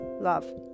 love